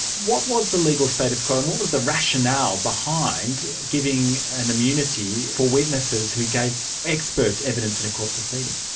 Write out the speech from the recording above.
what was the legal status quo and what was the rationale behind giving an immunity for witnesses who gave expert evidence in a court proceeding?